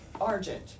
Argent